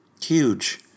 huge